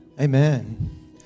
Amen